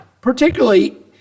particularly